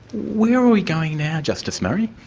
where are we going now, justice murray?